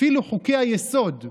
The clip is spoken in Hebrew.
אפילו בחוקי-היסוד,